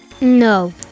No